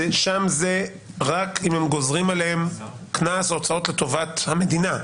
שם זה רק אם גוזרים עליהם קנס או הוצאות לטובת המדינה.